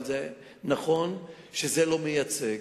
נכון שזה לא מייצג.